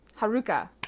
Haruka